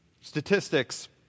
Statistics